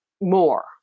more